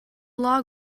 log